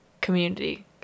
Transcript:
community